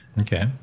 Okay